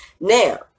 Now